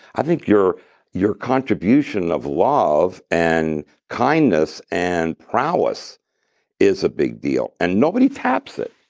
i think your your contribution of love and kindness and prowess is a big deal. and nobody taps it.